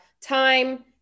time